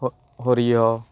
স সৰিয়হ